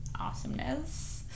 awesomeness